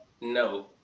No